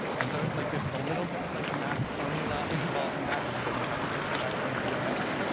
and so like there's a little bit of like a math formula involved in that, which is like my architecture background coming out.